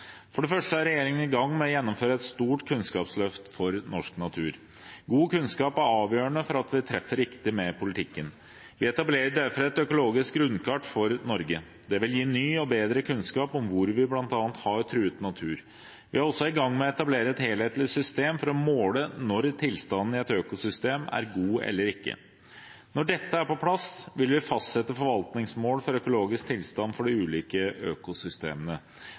For det første er regjeringen i gang med å gjennomføre et stort kunnskapsløft for norsk natur. God kunnskap er avgjørende for at vi treffer riktig med politikken. Vi etablerer derfor et økologisk grunnkart for Norge. Det vil gi ny og bedre kunnskap om hvor vi bl.a. har truet natur. Vi er også i gang med å etablere et helthetlig system for å måle når tilstanden i et økosystem er god eller ikke. Når dette er på plass, vil vi fastsette forvaltningsmål for økologisk tilstand for de ulike økosystemene.